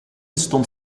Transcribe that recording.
stond